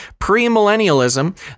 Premillennialism